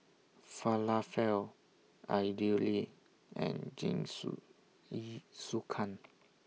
Falafel Idili and